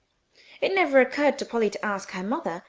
it never occurred to polly to ask her mother,